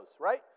right